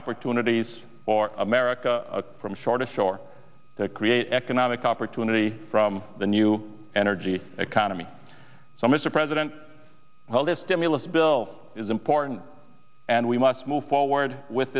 opportunities for america from shore to shore to create economic opportunity from the new energy economy so mr president this stimulus bill is important and we must move forward with